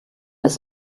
ist